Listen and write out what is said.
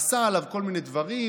עשה עליו כל מיני דברים,